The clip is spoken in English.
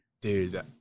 Dude